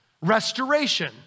restoration